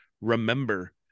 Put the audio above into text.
Remember